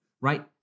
Right